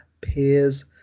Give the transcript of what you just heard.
peers